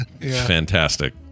Fantastic